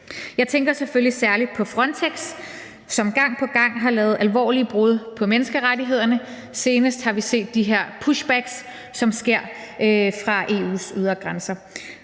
Jeg tænker selvfølgelig særlig på Frontex, som gang på gang har lavet alvorlige brud på menneskerettighederne. Senest har vi set de her pushbacks, som sker fra EU's ydre grænser.